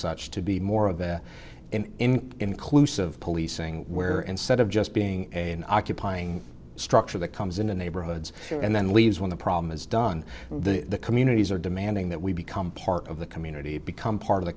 such to be more of a inclusive policing where instead of just being an occupying structure that comes in the neighborhoods and then leaves when the problem is done the communities are demanding that we become part of the community become part of the